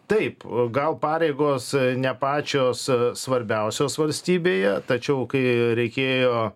taip gal pareigos ne pačios svarbiausios valstybėje tačiau kai reikėjo